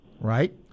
right